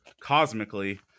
cosmically